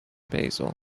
basil